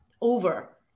over